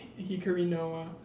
Hikarinoa